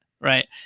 right